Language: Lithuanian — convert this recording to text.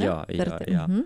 jo jo jo